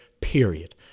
period